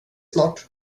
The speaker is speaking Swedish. snart